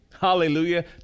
hallelujah